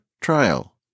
trial